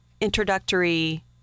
introductory